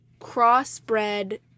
crossbred